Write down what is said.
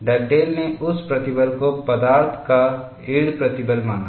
Dugdale ने उस प्रतिबल को पदार्थ का यील्ड प्रतिबल माना